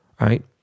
right